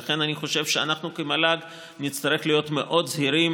לכן אני חושב שאנחנו כמל"ג נצטרך להיות מאוד זהירים,